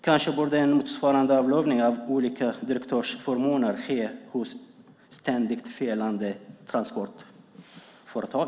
Kanske borde en motsvarande avlövning av olika direktörsförmåner ske hos ständigt felande transportföretag.